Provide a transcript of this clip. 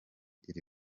iri